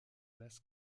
las